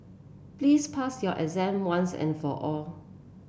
please pass your exam once and for all